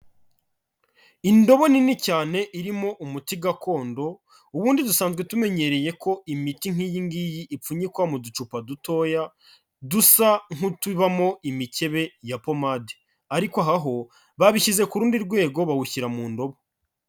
Indobo nini cyane irimo umuti gakondo, ubundi dusanzwe tumenyereye ko imiti nk'iyi ngiyi ipfunyikwa mu ducupa dutoya dusa nk'utubamo imikebe ya pomade ariko aha ho babishyize ku rundi rwego bawushyira mu ndobo.